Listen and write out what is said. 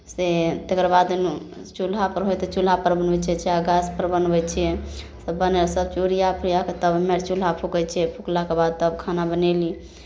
से तकर बाद चूल्हापर होय तऽ चूल्हापर बनबै छियै चाहे गैसपर बनबै छियै तऽ बनाए सभ चीज ओरिया फोरिया कऽ तब हमे अर चूल्हा फूँकै छियै फुकलाके बाद तब खाना बनयली